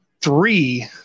three